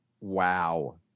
Wow